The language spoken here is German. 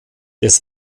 des